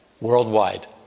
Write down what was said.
worldwide